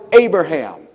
Abraham